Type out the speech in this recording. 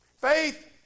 Faith